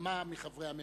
כמה מחברי הממשלה.